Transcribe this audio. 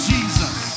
Jesus